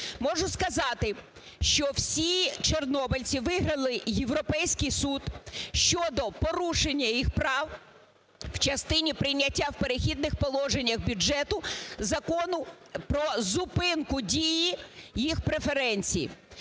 Можу сказати, що всі чорнобильці виграли Європейський суд щодо порушення їх прав в частині прийняття в "Перехідних положеннях" бюджету Закону про зупинку дії їх преференцій,